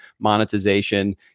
monetization